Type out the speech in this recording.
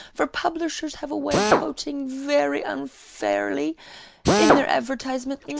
for publishers have a way of quoting very unfairly in their advertisements.